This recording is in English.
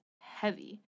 heavy